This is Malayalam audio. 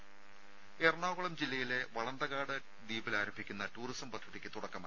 രുമ എറണാകുളം ജില്ലയിലെ വളന്തകാട് ദ്വീപിൽ ആരംഭിക്കുന്ന ടൂറിസം പദ്ധതിക്ക് തുടക്കമായി